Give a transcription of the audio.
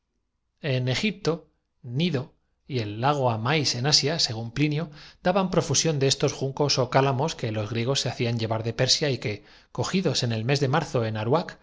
gnido y el lago amáis en asia según pli minada la conferencia nio daban profusión de estos juncos ó calamos que en esto un hombre que con una linterna encendida los griegos se hacían llevar de persia y que cogidos en la mano doblaba la esquina desembocó en el quaen el mes de marzo en